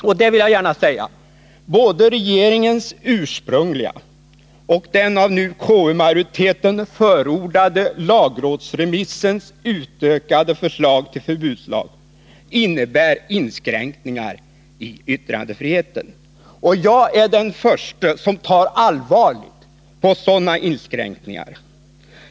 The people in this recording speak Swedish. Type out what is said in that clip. Jag vill understryka att både regeringens ursprungliga och den nu av KU-majoriteten förordade lagrådsremissens utökade förslag till förbudslag innebär inskränkningar i yttrandefriheten. Jag är den förste att ta allvarligt på sådana inskränkningar.